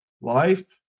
life